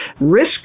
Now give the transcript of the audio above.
risk